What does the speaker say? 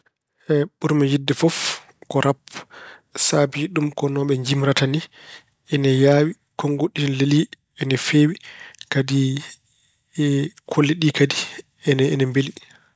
Ɓurmi yiɗde fof ko rap saabii ɗum ko no ɓe jimrata ni ina yaawi, konnguɗi ɗi ina lelii, ina feewi. Kadi kolli ɗi kadi ina mbeli.